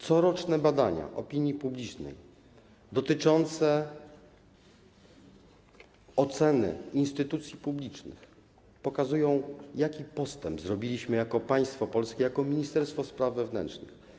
Coroczne badania opinii publicznej dotyczące oceny instytucji publicznych pokazują, jaki postęp zrobiliśmy jako państwo polskie, jako ministerstwo spraw wewnętrznych.